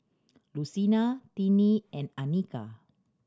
Lucina Tiney and Anika